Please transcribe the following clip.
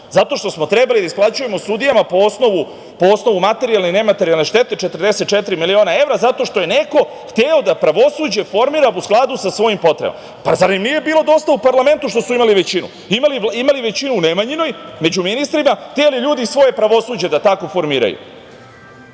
zato što smo trebali da isplaćujemo sudijama po osnovu materijalne i nematerijalne štete 44 miliona evra zato što je neko hteo da pravosuđe formira u skladu sa svojim potrebama. Pa, zar im nije bilo dosta u parlamentu što su imali većinu, imali većinu u Nemanjinoj među ministrima, hteli ljudi svoje pravosuđe da tako formiraju